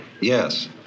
Yes